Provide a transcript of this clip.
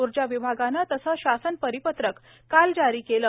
ऊर्जा विभागानं तसं शासन परिपत्रक काल जारी केलं